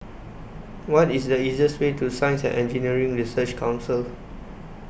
What IS The easiest Way to Science and Engineering Research Council